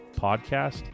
podcast